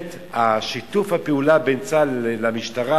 שיתוף הפעולה בין צה"ל למשטרה